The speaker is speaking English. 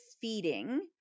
feeding